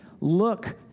Look